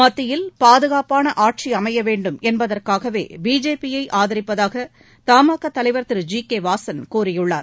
மத்தியில் பாதுகாப்பான ஆட்சி அமைய வேண்டும் என்பதற்காகவே பிஜேபி யை ஆதரிப்பதாக த மா கா தலைவர் திரு ஜி கே வாசன் கூறியுள்ளார்